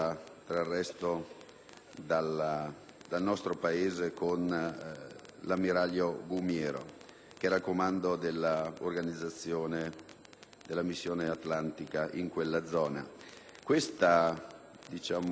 dal nostro Paese con l'ammiraglio Gumiero, che era al comando della missione atlantica in quella zona.